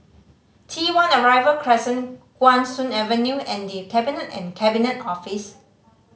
T One Arrival Crescent Guan Soon Avenue and The Cabinet and Cabinet Office